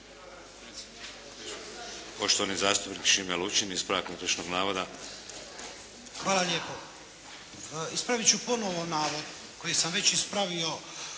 Hvala lijepo. Ispraviti ću ponovno navod koji sam već ispravio